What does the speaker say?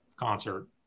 concert